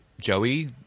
Joey